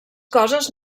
coses